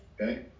Okay